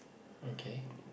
okay